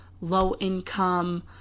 low-income